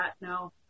no